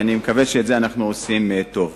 ואני מקווה שאת זה אנחנו עושים טוב.